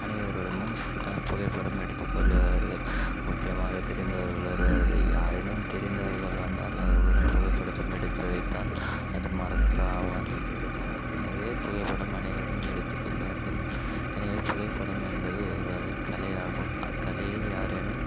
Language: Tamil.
அனைவருடனும் புகைப்படம் எடுத்துக் கொள்கிறார்கள் முக்கியமாக தெரிந்தவர்கள் வருவதை யாரேனும் தெரிந்தவர்கள் வந்தால் அவர்களுடன் புகைப்படத்தும் எடுத்து வைத்தால் அது மறக்காமல் இருக்கும் எனவே புகைப்படம் அனைவரும் எடுத்துக் கொள்வார்கள் எனவே புகைப்படம் என்பது ஒரு வகை கலையாகும் அக்கலையை யாரேனும்